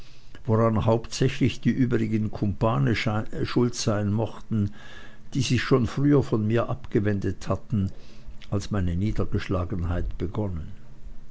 woran hauptsächlich die übrigen kumpane schuld sein mochten die sich schon früher von mir gewendet hatten als meine niedergeschlagenheit begonnen